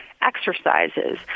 exercises